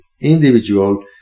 individual